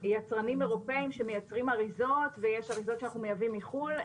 יצרנים אירופאים שמייצרים אריזות ויש אריזות שאנחנו מייבאים מחו"ל,